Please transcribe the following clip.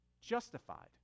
justified